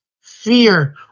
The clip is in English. fear